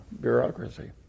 bureaucracy